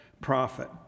prophet